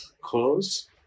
Close